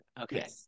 Okay